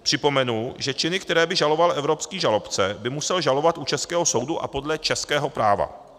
Připomenu, že činy, které by žaloval evropský žalobce, by musel žalovat u českého soudu a podle českého práva.